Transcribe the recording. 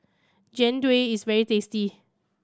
Jian Dui is very tasty